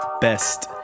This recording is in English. best